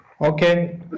okay